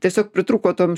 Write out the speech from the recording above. tiesiog pritrūko tom